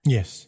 Yes